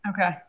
Okay